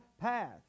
path